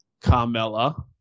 Carmella